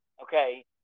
okay